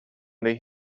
they